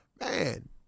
man